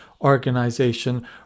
organization